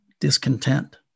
discontent